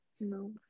No